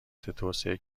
توسعه